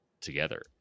together